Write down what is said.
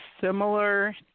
similar